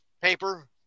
paper